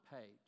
page